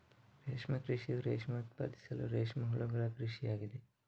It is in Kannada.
ರೇಷ್ಮೆ ಕೃಷಿಯು ರೇಷ್ಮೆ ಉತ್ಪಾದಿಸಲು ರೇಷ್ಮೆ ಹುಳುಗಳ ಕೃಷಿ ಆಗಿದೆ